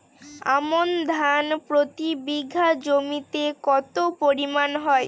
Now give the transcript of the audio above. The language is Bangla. আমন ধান প্রতি বিঘা জমিতে কতো পরিমাণ হয়?